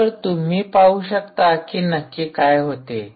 तर तुम्ही पाहू शकता की नक्की काय होते